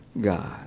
God